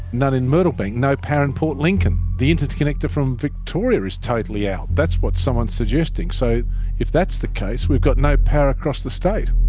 none in myrtle bank, no power in port lincoln. the interconnector from victoria is totally out, that's what someone is suggesting, so if that's the case we've got no power across the state.